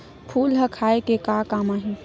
फूल ह खाये के काम आही?